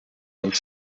vingt